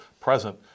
present